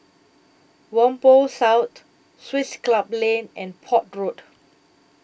Whampoa South Swiss Club Lane and Port Road